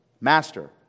Master